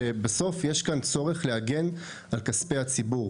שבסוף יש כאן צורך להגן על כספי הציבור,